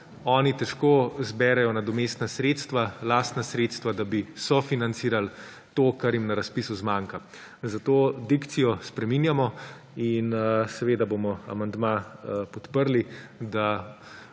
Oni težko zberejo nadomestna sredstva, lastna sredstva, da bi sofinancirali to, kar jim na razpisu zmanjka. Zato dikcijo spreminjamo in bomo amandma podprli, da